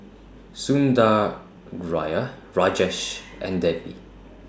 Sundaraiah Rajesh and Devi